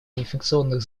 неинфекционных